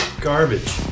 Garbage